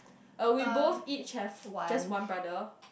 uh we both each have just one brother